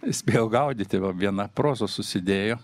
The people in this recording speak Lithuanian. spėjau gaudyti va viena proza susidėjo